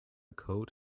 coat